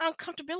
uncomfortability